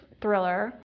thriller